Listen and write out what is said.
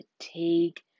fatigue